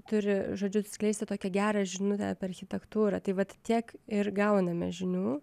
turi žodžiu skleisti tokią gerą žinutę apie architektūrą tai vat tiek ir gauname žinių